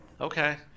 Okay